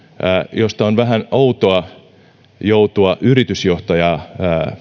josta on vähän outoa joutua yritysjohtajaa